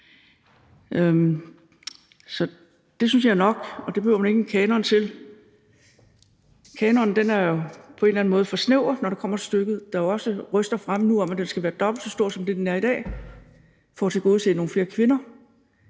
i. Det synes jeg er nok, og det behøver man ikke en kanon til. Kanonen er på en eller anden måde for snæver, når det kommer til stykket. Der er jo også røster fremme nu om, at den skal være dobbelt så stor, som den er i dag, for at tilgodese nogle flere kvinder